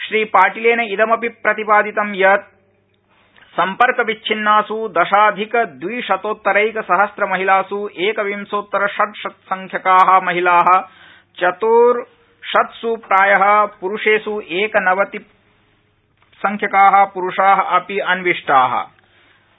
श्रीपाटिलेन इदमपि प्रतिपादितम् यत् सम्पर्कविच्छिन्नास् दशाधिकद्विशतोत्तरैकसहस्रमहिलास् एकविशोत्तर षड्शतसंख्यका महिला चत्र्शत्सु प्राय पुरूषेष् एकनवति संख्यका पुरूषा अपि अन्विष्टा इति